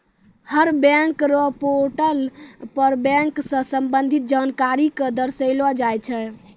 हर bank र portal पर bank स संबंधित जानकारी क दर्शैलो जाय छै